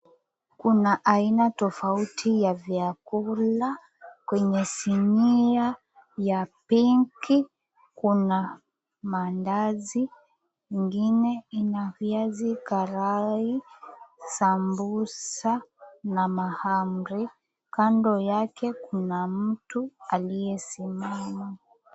Kuna aina tofauti ya vyakula kwenye sinia ya pinki. Kuna mandazi, nyingine ina viazi karai, sambusa na mahamri. Kando yake kuna mtu aliyesimama.